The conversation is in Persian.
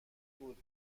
بود